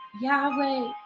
Yahweh